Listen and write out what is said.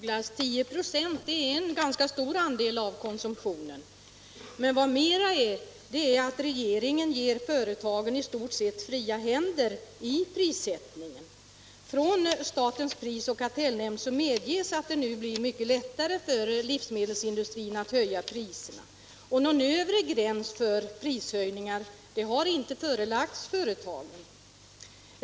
Herr talman! 10 96 är en ganska stor andel av konsumtionen, herr af Ugglas. Men vad mera är: regeringen ger företagen i stort sett fria händer för prissättningen. Från statens pris och kartellnämnd medges att det nu blir mycket lättare för livsmedelsindustrin att höja priserna, och någon övre gräns för prishöjningen har inte förelagts företagen.